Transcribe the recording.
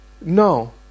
No